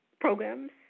Programs